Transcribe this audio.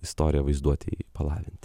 istoriją vaizduotėj palavinti